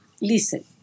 listen